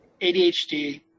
ADHD